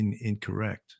incorrect